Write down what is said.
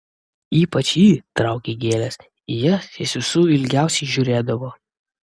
ypač jį traukė gėlės į jas jis visų ilgiausiai žiūrėdavo